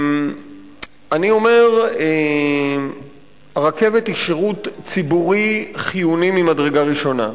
אני אומר שהרכבת היא שירות ציבורי חיוני ממדרגה ראשונה.